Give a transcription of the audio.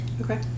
okay